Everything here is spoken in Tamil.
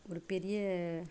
ஒரு பெரிய